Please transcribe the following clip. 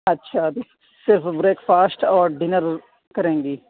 اچھا صرف breakfast اور ڈنر کریں گی